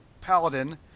paladin